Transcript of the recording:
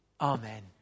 Amen